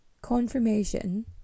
Confirmation